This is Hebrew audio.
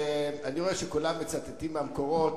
אני רואה שכולם מצטטים מהמקורות,